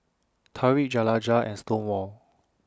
Tarik Jaliyah and Stonewall